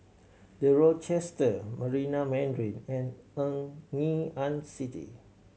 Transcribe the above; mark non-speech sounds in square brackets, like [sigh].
The Rochester Marina Mandarin and Ngee [unintelligible] Ann City